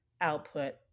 output